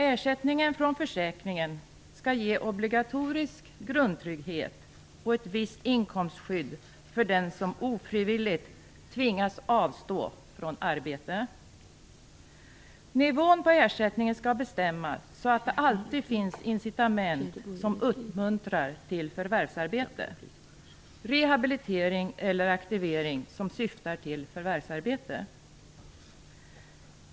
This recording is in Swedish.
Ersättningen från försäkringen skall ge ekonomisk grundtrygghet och ett visst inkomstskydd för den som ofrivilligt tvingas avstå från arbete. Nivån på ersättningen skall sättas så att det alltid finns incitament - rehabilitering eller aktivering - som uppmuntrar till och syftar till förvärvsarbete.